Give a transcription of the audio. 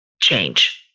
change